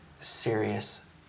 serious